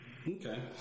Okay